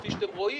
כפי שאתם רואים,